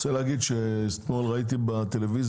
רוצה להגיד שאתמול ראיתי בטלוויזיה